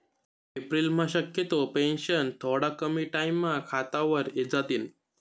एप्रिलम्हा शक्यतो पेंशन थोडा कमी टाईमम्हा खातावर इजातीन